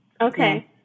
Okay